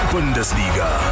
Bundesliga